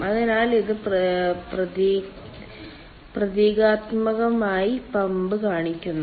അതിനാൽ ഇത് പ്രതീകാത്മകമായി പമ്പ് കാണിക്കുന്നു